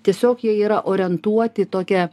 tiesiog jie yra orientuoti į tokią